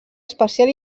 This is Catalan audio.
especial